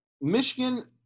Michigan